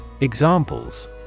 Examples